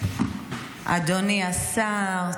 אדוני השר,